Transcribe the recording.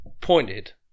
pointed